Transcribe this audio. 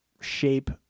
shape